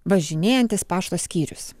važinėjantis pašto skyrius